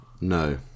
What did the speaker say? No